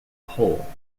whole